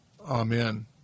Amen